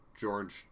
George